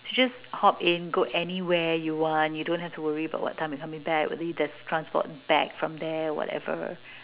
it's just hop in go anywhere you want you don't have to worry about what time you're coming back whether there's transport back from there whatever